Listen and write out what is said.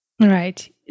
Right